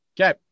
okay